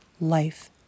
life